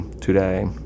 today